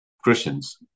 Christians